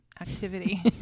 activity